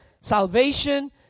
salvation